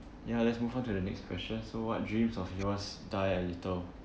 ya let's move on to the next question so what dreams of yours die a little